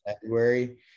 february